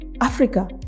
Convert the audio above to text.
Africa